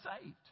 saved